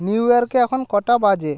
নিউইয়র্কে এখন কটা বাজে